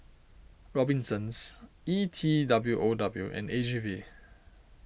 Robinsons E T W O W and A G V